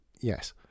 yes